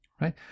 right